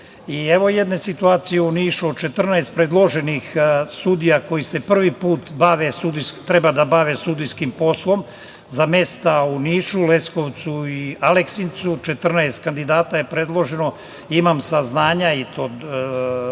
Evo jedne situacije u Nišu. Od 14 predloženih sudija koji prvi put treba da se bave sudijskim poslom za mesta u Nišu, Leskovcu i Aleksincu, 14 kandidata je predloženo i imam saznanja i to